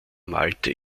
malte